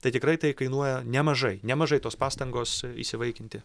tai tikrai tai kainuoja nemažai nemažai tos pastangos įsivaikinti